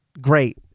great